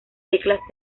teclas